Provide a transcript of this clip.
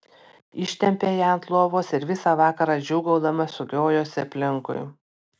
ištempė ją ant lovos ir visą vakarą džiūgaudama sukiojosi aplinkui